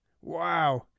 Wow